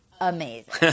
amazing